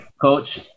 coach